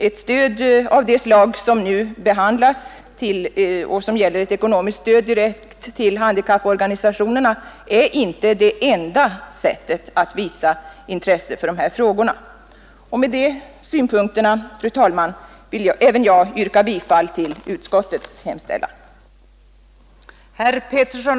Ett stöd av det slag vi nu behandlar och som går direkt till handikapporganisationerna är inte det enda sättet att visa intresse för dessa frågor. Med dessa synpunkter, fru talman, vill även jag yrka bifall till utskottets hemställan.